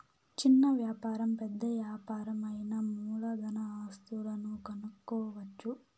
చిన్న వ్యాపారం పెద్ద యాపారం అయినా మూలధన ఆస్తులను కనుక్కోవచ్చు